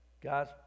Guys